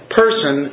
person